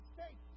States